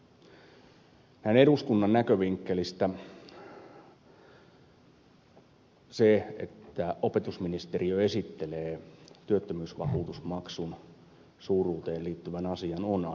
näin eduskunnan näkövinkkelistä se että opetusministeriö esittelee työttömyysvakuutusmaksun suuruuteen liittyvän asian on aika erikoinen